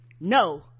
No